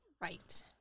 Right